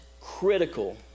critical